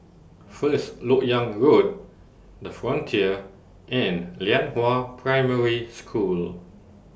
First Lok Yang Road The Frontier and Lianhua Primary School